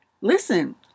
Listen